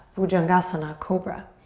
bhujangasana, cobra.